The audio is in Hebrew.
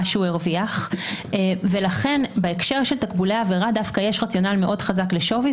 שהרוויח ולכן בהקשר של תקבולי עבירה יש רציונל מאוד חזק לשווי,